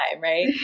right